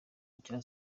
nshya